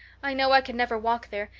i know i can never walk there.